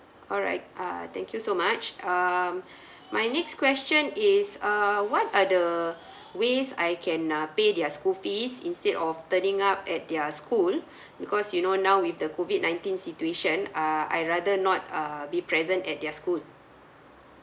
alright uh thank you so much um my next question is err what are the ways I can uh pay their school fees instead of turning up at their school because you know now with the COVID nineteen situation err I rather not err be present at their school